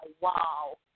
wow